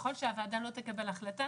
ככל שהוועדה לא תקבל החלטה,